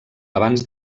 abans